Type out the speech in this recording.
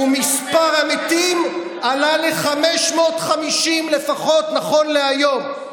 ומספר המתים עלה ל-550 לפחות, נכון להיום.